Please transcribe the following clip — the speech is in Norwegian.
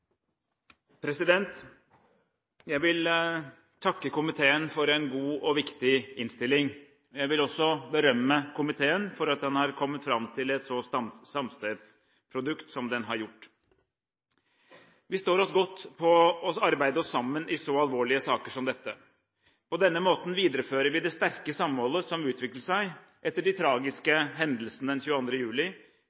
Jeg vil takke komiteen for en god og viktig innstilling. Jeg vil også berømme komiteen for at den har kommet fram til et så samstemt produkt som den har gjort. Vi står oss godt på å arbeide oss sammen i så alvorlige saker som dette. På denne måten viderefører vi det sterke samholdet som utviklet seg etter de tragiske